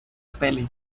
peli